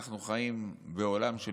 אנחנו חיים בעולם של